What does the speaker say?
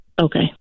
okay